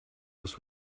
was